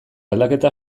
aldaketa